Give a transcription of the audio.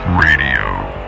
Radio